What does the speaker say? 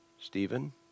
Stephen